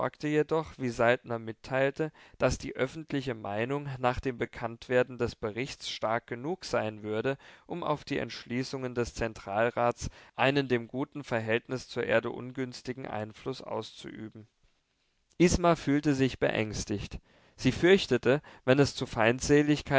jedoch wie saltner mitteilte daß die öffentliche meinung nach dem bekanntwerden des berichts stark genug sein würde um auf die entschließungen des zentralrats einen dem guten verhältnis zur erde ungünstigen einfluß auszuüben isma fühlte sich beängstigt sie fürchtete wenn es zu feindseligkeiten